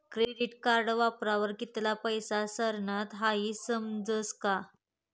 credit card वापरावर कित्ला पैसा सरनात हाई समजस का